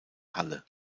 halle